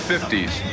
50s